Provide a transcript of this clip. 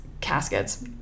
caskets